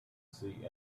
see